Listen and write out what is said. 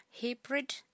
hybrid